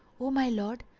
o my lord,